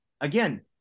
again